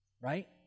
right